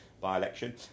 by-election